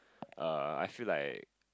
err I feel like